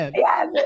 Yes